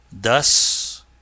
Thus